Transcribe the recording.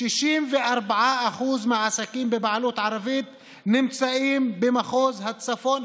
64% מהעסקים בבעלות ערבית נמצאים במחוז הצפון,